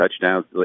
touchdowns